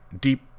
deep